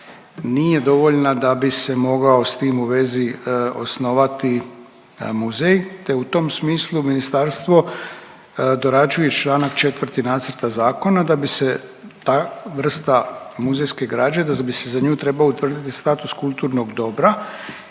nije dovoljna da bi se mogao s tim u vezi osnovati muzej te u tom smislu ministarstvo dorađuje čl. 4. nacrta zakona da bi se ta vrsta muzejske građe da bi se za nju trebao utvrditi status kulturnog dobra,